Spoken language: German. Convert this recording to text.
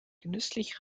genüsslich